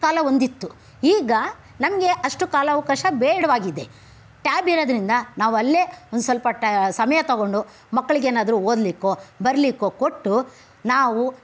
ಕಾಲ ಒಂದಿತ್ತು ಈಗ ನನಗೆ ಅಷ್ಟು ಕಾಲಾವಕಾಶ ಬೇಡ್ವಾಗಿದೆ ಟ್ಯಾಬ್ ಇರೋದ್ರಿಂದ ನಾವು ಅಲ್ಲೆ ಒಂದು ಸ್ವಲ್ಪ ಸಮಯ ತಗೊಂಡು ಮಕ್ಕಳಿಗೇನಾದ್ರೂ ಓದಲಿಕ್ಕೋ ಬರೀಲಿಕ್ಕೊ ಕೊಟ್ಟು ನಾವು